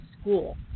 school